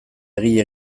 egile